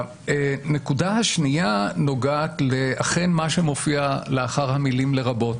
הנקודה השנייה נוגעת אכן למה שמופיע לאחר המילה "לרבות",